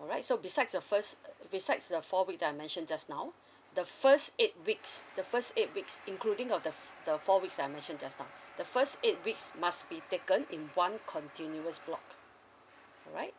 alright so besides the first besides the four week that I mentioned just now the first eight weeks the first eight weeks including of the f~ the four weeks that I mentioned just now the first eight weeks must be taken in one continuous block alright